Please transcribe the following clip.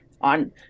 on